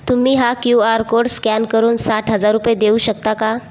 तुम्ही हा Q R code scan करून साठ हजार रुपये देऊ शकता का